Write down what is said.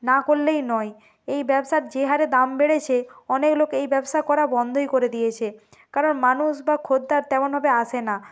না করলেই নয় এই ব্যবসার যে হারে দাম বেড়েছে অনেক লোক এই ব্যবসা করা বন্ধই করে দিয়েছে কারণ মানুষ বা খদ্দের তেমনভাবে আসে না